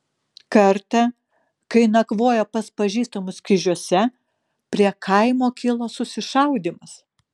kartą kai nakvojo pas pažįstamus kižiuose prie kaimo kilo susišaudymas